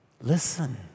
Listen